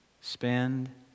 spend